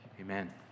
amen